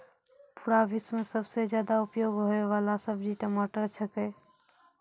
पूरा विश्व मॅ सबसॅ ज्यादा उपयोग होयवाला सब्जी टमाटर छेकै